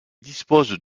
dispose